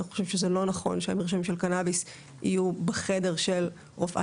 אנחנו חושבים שזה לא נכון שהמרשמים של קנביס יהיו בחדר של רופאת